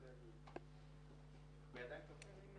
תודה כבוד היושב